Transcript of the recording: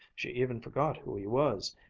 she even forgot who he was,